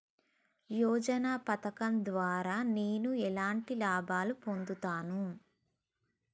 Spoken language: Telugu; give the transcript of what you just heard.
యోజన పథకం ద్వారా నేను ఎలాంటి లాభాలు పొందుతాను?